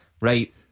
Right